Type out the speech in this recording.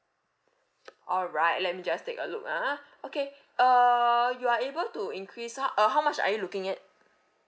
alright let me just take a look ah okay uh you are able to increase a uh how much are you looking at